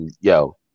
Yo